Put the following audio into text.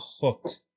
hooked